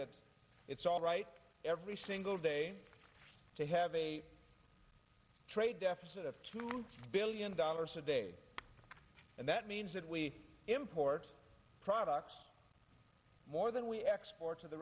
that it's all right every single day to have a trade deficit of two billion dollars a day and that means that we import products more than we export to the